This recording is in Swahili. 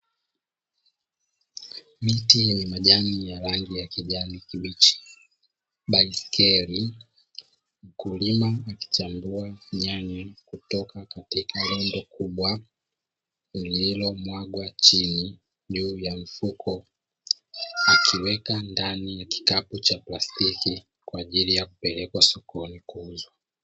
Miti yenye majani ya rangi ya kijani kibichi, baiskeli, mkulima akichambua nyanya kutoka katika rundo kubwa lililomwagwa chini juu ya mfuko akiweka ndani ya kikapu cha plastiki kwaajili ya kupelekwa sokoni kuuzwa.